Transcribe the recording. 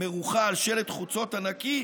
מרוחה על שלט חוצות ענקי,